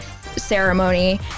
ceremony